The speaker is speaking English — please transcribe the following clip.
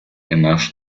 enough